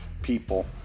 People